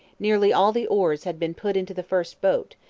nearly all the oars had been put into the first boat,